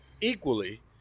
equally